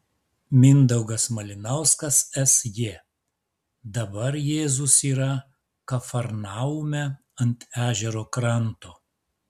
mindaugas malinauskas sj dabar jėzus yra kafarnaume ant ežero kranto